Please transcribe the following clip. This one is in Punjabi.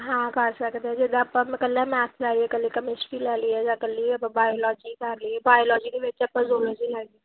ਹਾਂ ਕਰ ਸਕਦੇ ਜਿੱਦਾਂ ਆਪਾਂ ਮੈਂ ਇਕੱਲਾ ਮੈਥ ਲਈਏ ਇਕੱਲੀ ਕਮਿਸਟਰੀ ਲੈ ਲਈਏ ਜਾਂ ਇਕੱਲੀ ਆਪਾਂ ਬਾਇਲੋਜੀ ਕਰ ਲਈਏ ਬਾਇਲੋਜੀ ਦੇ ਵਿੱਚ ਆਪਾਂ ਜੂਲੋਜੀ ਲੈ ਲਈ